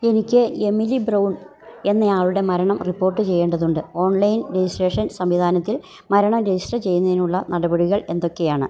എനിക്ക് Emily Brown എന്നയാളുടെ മരണം റിപ്പോർട്ട് ചെയ്യേണ്ടതുണ്ട് ഓൺലൈൻ രജിസ്ട്രേഷൻ സംവിധാനത്തിൽ മരണം രജിസ്റ്റർ ചെയ്യുന്നതിനുള്ള നടപടികൾ എന്തൊക്കെയാണ്